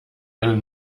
eine